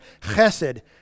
Chesed